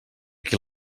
qui